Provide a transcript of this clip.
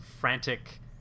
frantic